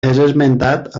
esmentat